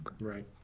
Right